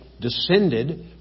descended